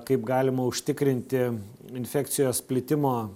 kaip galima užtikrinti infekcijos plitimo